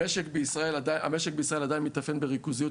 המשק בישראל עדיין מתאפיין בריכוזיות